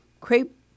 crepe